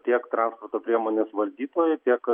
tiek transporto priemonės valdytojui tiek